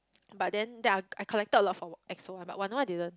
but then that I I collected a lot from Exo lah but Wanna One I didn't